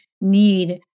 need